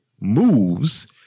moves